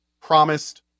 promised